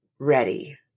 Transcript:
ready